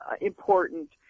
important